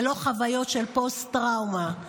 ללא חוויות של פוסט-טראומה.